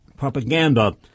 propaganda